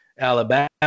Alabama